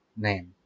name